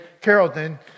Carrollton